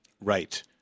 Right